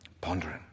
pondering